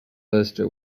lister